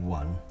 one